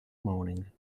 morning